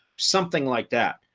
something like that.